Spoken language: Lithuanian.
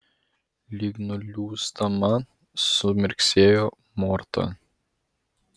lyg nuliūsdama sumirksėjo morta